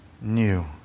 new